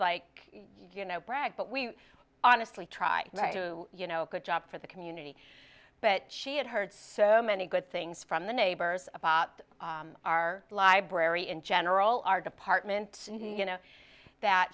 like you know brag but we honestly try to do you know a good job for the community but she had heard so many good things from the neighbors about our library in general our department you know that